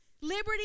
liberty